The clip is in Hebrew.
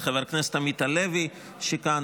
את חבר הכנסת עמית הלוי שכאן,